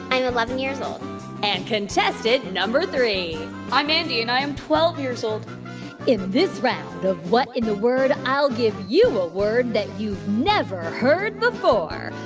i'm eleven years old and contestant number three i'm andy, and i am twelve years old in this round of what in the word, i'll give you a word that you've never heard before.